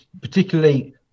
particularly